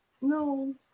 No